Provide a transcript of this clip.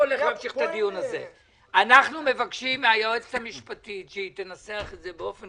אנחנו מבקשים מהיועצת המשפטים לנסח את זה באופן